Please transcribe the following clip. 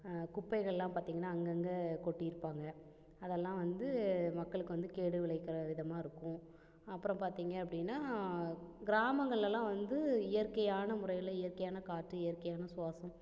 குப்பைகளெலாம் பார்த்தீங்கனா அங்கேங்க கொட்டிருப்பாங்க அதெல்லாம் வந்து மக்களுக்கு வந்து கேடு விளைவிக்கின்ற விதமாக இருக்கும் அப்புறம் பார்த்தீங்க அப்படின்னா கிராமங்களெலலாம் வந்து இயற்கையான முறையில் இயற்கையான காற்று இயற்கையான சுவாசம்